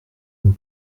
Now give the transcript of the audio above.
and